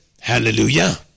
Hallelujah